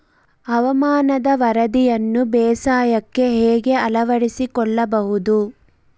ಹವಾಮಾನದ ವರದಿಯನ್ನು ಬೇಸಾಯಕ್ಕೆ ಹೇಗೆ ಅಳವಡಿಸಿಕೊಳ್ಳಬಹುದು?